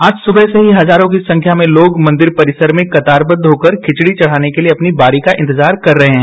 आज सुबह से ही हजारों की संख्या में लोग मंदिर परिसर में कतारबद्ध होकर खिचड़ी चढ़ाने के लिए अपनी बारी का इंतजार कर रहे हैं